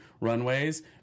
runways